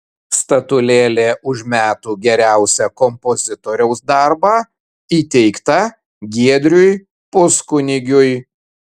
statulėlė už metų geriausią kompozitoriaus darbą įteikta giedriui puskunigiui